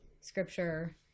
scripture